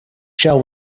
shell